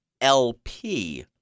LP